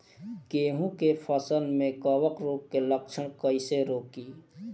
गेहूं के फसल में कवक रोग के लक्षण कईसे रोकी?